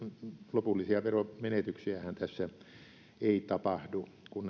lopullisia veromenetyksiähän tässä ei tapahdu kun